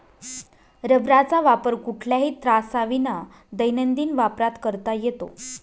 रबराचा वापर कुठल्याही त्राससाविना दैनंदिन वापरात करता येतो